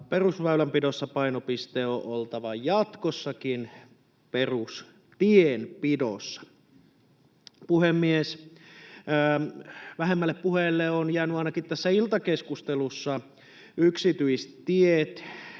perusväylänpidossa painopiste on oltava jatkossakin — perustienpidossa. Puhemies! Vähemmälle puheelle ovat jääneet ainakin tässä iltakeskustelussa yksityistiet.